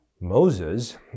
Moses